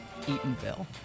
Eatonville